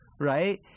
right